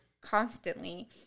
constantly